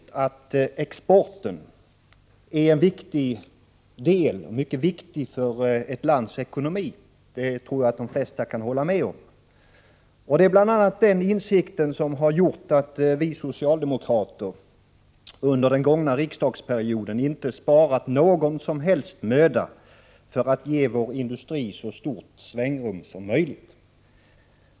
Att exporten är mycket viktig för ett lands ekonomi tror jag att de flesta håller med mig om. Det är bl.a. den insikten som gjort att vi socialdemokrater under den gångna riksdagsperioden inte sparat någon som helst möda för att ge vår exportindustri så stort svängrum som möjligt.